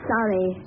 Sorry